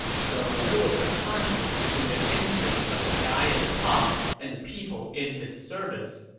so there was a conflict between the interests of the guy at the top and the people in his service.